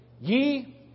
ye